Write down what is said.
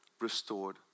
restored